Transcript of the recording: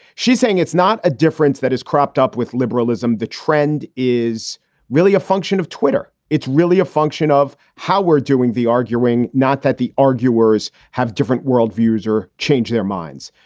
she's saying it's not a difference that is cropped up with liberalism. the trend is really a function of twitter. it's really a function of how we're doing the arguing. not that the arguers have different worldviews or change their minds.